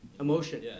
Emotion